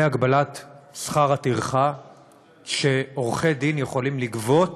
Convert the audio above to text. הגבלת שכר הטרחה שעורכי-דין יכולים לגבות